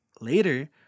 later